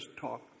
talk